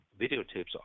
videotapes